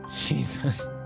Jesus